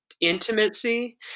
intimacy